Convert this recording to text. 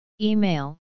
Email